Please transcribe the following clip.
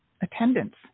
attendance